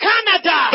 Canada